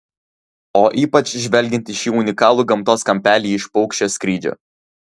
o ypač žvelgiant į šį unikalų gamtos kampelį iš paukščio skrydžio